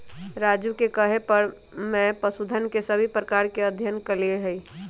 राजू के कहे पर मैं पशुधन के सभी प्रकार पर अध्ययन कैलय हई